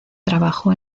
trabajó